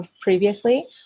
previously